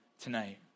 tonight